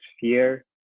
fear